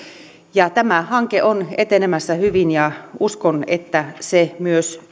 tämä hanke on etenemässä hyvin ja uskon että työ myös